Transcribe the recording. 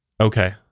okay